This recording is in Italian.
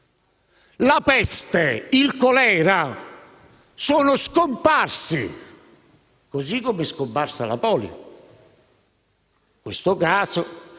La peste e il colera sono scomparsi, così come è scomparsa la polio: in questo caso